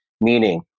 meaning